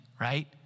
right